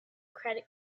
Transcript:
credit